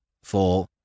For